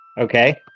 Okay